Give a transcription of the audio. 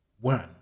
one